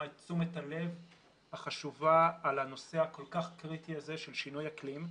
את תשומת הלב החשובה על הנושא הכול כך קריטי הזה של שינוי אקלים.